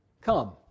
Come